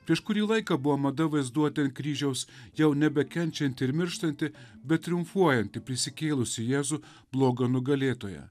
prieš kurį laiką buvo mada vaizduoti ant kryžiaus jau nebe kenčiantį ir mirštantį bet triumfuojantį prisikėlusį jėzų blogio nugalėtoją